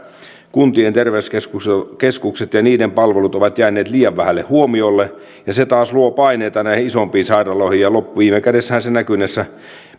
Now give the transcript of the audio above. kuntien terveyskeskukset ja niiden palvelut ovat jääneet liian vähälle huomiolle ja se taas luo paineita näihin isompiin sairaaloihin ja viime kädessähän se näkyy näissä